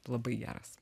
labai geras